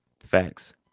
Facts